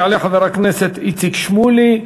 יעלה חבר הכנסת איציק שמולי,